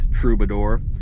troubadour